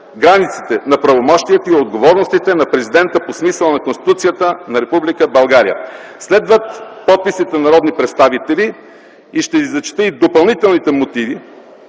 границите на правомощията и отговорностите на президента по смисъла на Конституцията на Република България.” Следват подписите на народните представители. Ще ви прочета и Допълнителните мотиви